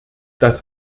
das